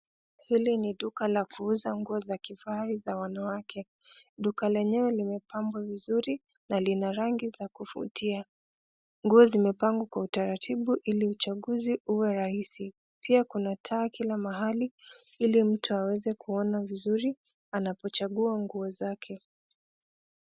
Hili ni duka la kuuza nguo za kifahari za wanawake. Duka lenyewe limepambwa vizuri na lina rangi za kuvutia. Nguo zimepangwa kwa utaratibu ii uchaguzi uwe rahisi. Pia kuna taa kila mahali ili mtu aweze kuona vizuri anapochagua nguo zake.